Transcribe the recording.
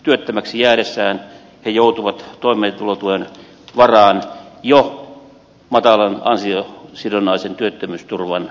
työttömäksi jäädessään he joutuvat toimeentulotuen varaan jo matalan ansiosidonnaisen työttömyysturvan aikana